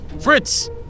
Fritz